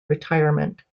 retirement